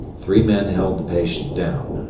three men held the patient down,